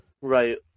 Right